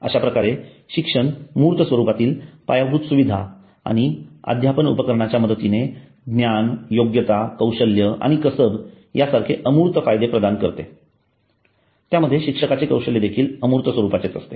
अश्याप्रकारे शिक्षण मूर्त स्वरूपातील पायाभूत सुविधा आणि अध्यापन उपकरणांच्या मदतीने ज्ञान योग्यता कौशल्य आणि कसब यासारखे अमूर्त फायदे प्रदान करते त्यामध्ये शिक्षकाचे कौशल्य देखील अमूर्त स्वरूपाचेच असते